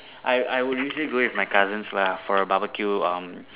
I I would usually go with my cousins lah for a barbeque um